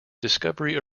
discovery